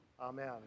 Amen